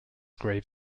grave